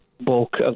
bulk